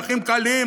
נכים קלים,